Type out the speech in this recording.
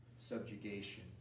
subjugation